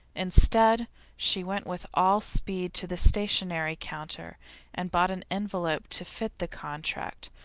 instead she went with all speed to the stationery counter and bought an envelope to fit the contract,